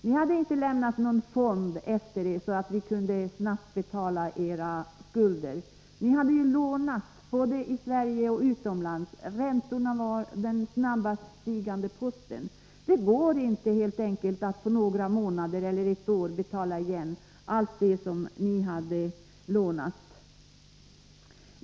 Ni hade inte lämnat någon fond efter er så att vi snabbt kunde betala era skulder. Ni hade ju lånat både i Sverige och utomlands. Räntorna var den snabbast stigande posten. Det går helt enkelt inte att på några månader eller ett år betala igen allt det som ni hade lånat.